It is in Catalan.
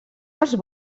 els